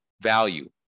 value